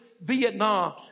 Vietnam